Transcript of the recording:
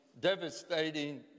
devastating